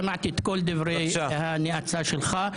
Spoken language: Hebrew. שמעתי את כל דברי הנאצה שלך,